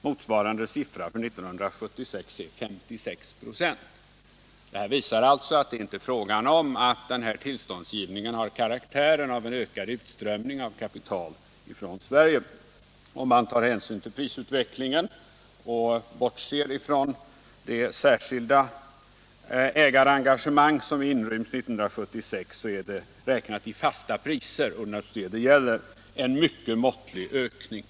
Motsvarande siffra för 1976 är 56 96. Det här visar alltså att det inte är fråga om att tillståndsgivningen har karaktär av en ökning av utströmningen av kapital från Sverige. Om man tar hänsyn till prisutvecklingen och bortser ifrån det särskilda ägarengagemang som inryms i siffrorna för 1976 så är det, beräknat i fasta priser — och det är naturligtvis det det gäller — fråga om en mycket måttlig ökning.